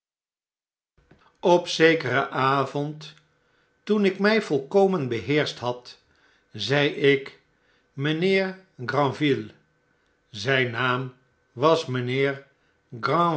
op zekeren avond toen ik my volkomen beheerscht had zei ik n mynheer granville zyn naam was mijnheer